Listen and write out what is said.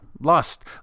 Lust